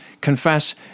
confess